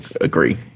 agree